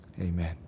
amen